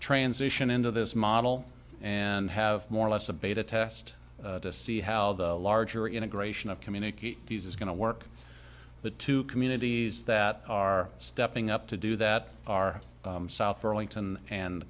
transition into this model and have more or less a beta test to see how the larger integration of communicate these is going to work the two communities that are stepping up to do that are south burlington and